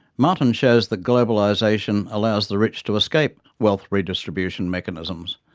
marten shows that globalisation allows the rich to escape wealth redistribution mechanisms,